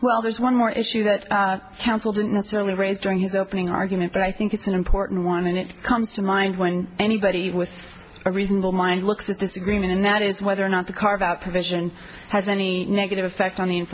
well there's one more issue that counsel didn't necessarily raise during his opening argument but i think it's an important one and it comes to mind when anybody with a reasonable mind looks at this agreement and that is whether or not the carve out provision has any negative effect on the